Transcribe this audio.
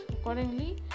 accordingly